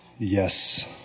Yes